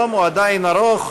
המעבדות הרפואיות ומעבדות המחקר.